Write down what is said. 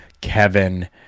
Kevin